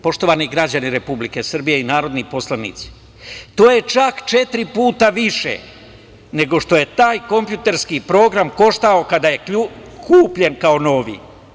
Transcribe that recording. Poštovani građani Republike Srbije i narodni poslanici, to je čak četiri puta više nego što je taj kompjuterski program koštao kada je kupljen kao novi.